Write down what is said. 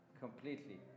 Completely